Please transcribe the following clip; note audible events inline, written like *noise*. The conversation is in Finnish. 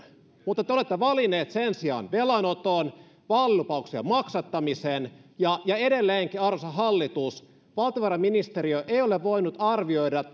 mutta te olette valinneet sen sijaan velanoton vaalilupauksien maksattamisen ja ja edelleenkin arvoisa hallitus valtiovarainministeriö ei ole voinut arvioida *unintelligible*